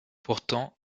pourtant